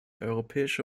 europäische